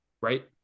right